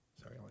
sorry